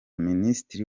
minisitiri